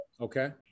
Okay